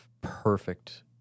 perfect